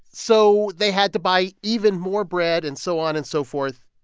so they had to buy even more bread and so on and so forth.